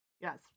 yes